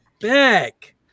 back